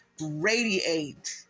radiate